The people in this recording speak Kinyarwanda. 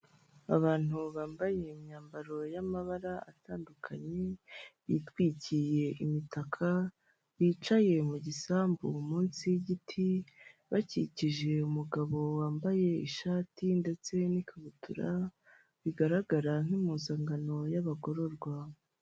Abantu bambaye imyambaro y'amabara atandukanye bitwikiriye imitaka, bicaye mu gisambu munsi y'igiti bakikije umugabo wambaye ishati ndetse n'ikabutura bigaragara nk'impuzankano y'abagororwa.